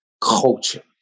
culture